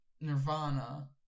Nirvana